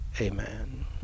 Amen